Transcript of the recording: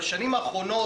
בשנים האחרונות,